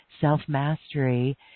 self-mastery